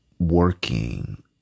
Working